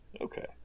Okay